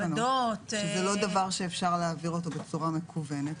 שזה לא דבר שאפשר להעביר אותו בצורה מקוונת,